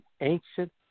ancient